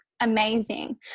amazing